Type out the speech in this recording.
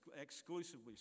exclusively